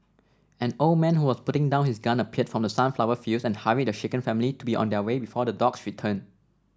an old man who was putting down his gun appeared from the sunflower fields and hurried the shaken family to be on their way before the dogs return